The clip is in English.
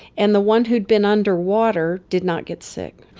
and the one who had been underwater did not get sick.